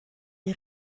die